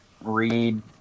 read